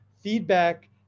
feedback